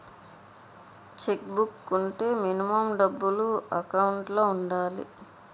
Check book వుంటే minimum డబ్బులు account లో ఉండాలి?